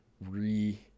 re